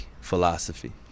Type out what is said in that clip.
philosophy